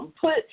Put